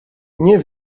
nie